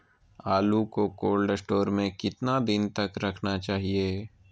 आलू को cold store में कितना दिन तक रखना चाहिए?